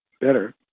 better